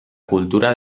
cultura